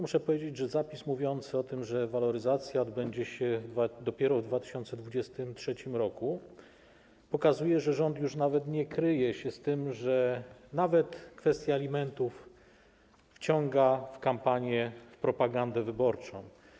Muszę powiedzieć, że zapis mówiący o tym, że waloryzacja odbędzie się dopiero w 2023 r., pokazuje, że rząd już nie kryje się z tym, że nawet kwestię alimentów wciąga w kampanię, w propagandę wyborczą.